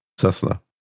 Cessna